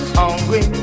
hungry